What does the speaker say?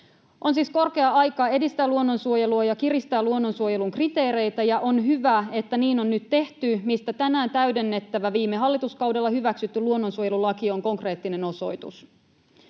On siis korkea aika edistää luonnonsuojelua ja kiristää luonnonsuojelun kriteereitä, ja on hyvä, että niin on nyt tehty, mistä tänään täydennettävä, viime hallituskaudella hyväksytty luonnonsuojelulaki on konkreettinen osoitus.